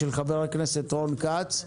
התשפ"ב-2022 של חבר הכנסת רון כץ,